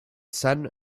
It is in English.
sun